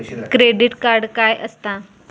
Credit card काय असता?